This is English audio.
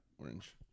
orange